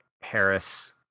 Harris